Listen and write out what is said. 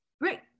Right